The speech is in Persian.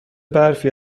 برفی